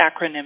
acronym